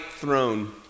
throne